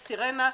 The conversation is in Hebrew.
סירנה,